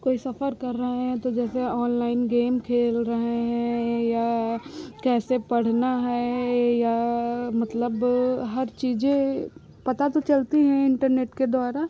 कोई सफ़र कर रहे हैं तो जैसे ऑनलाइन गेम खेल रहे हैं या कैसे पढ़ना है या मतलब हर चीज़ें पता तो चलती हैं इन्टरनेट के द्वारा